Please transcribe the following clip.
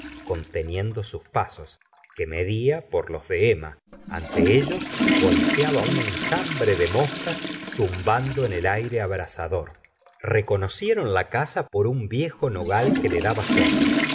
conteniendo sus pasos que media por los de emma ante ellos volteaba un enjambre de moscas zumbando en el aire abrasador reconocieron la casa por un viejo nogal que le daba sombra